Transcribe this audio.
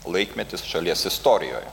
laikmetį šalies istorijoje